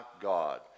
God